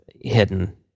Hidden